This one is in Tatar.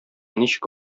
ничек